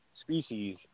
species